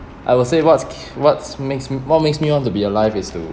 I will say what's ke~ what's makes me what's makes me want to be alive is to